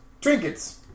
trinkets